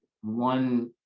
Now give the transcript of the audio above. one